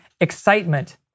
excitement